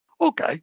Okay